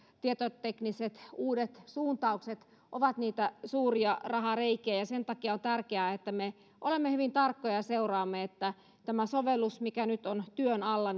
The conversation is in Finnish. tietotekniset uudet suuntaukset ovat niitä suuria rahareikiä ja sen takia on tärkeää että me olemme hyvin tarkkoja ja seuraamme että tämä sovellus mikä nyt on työn alla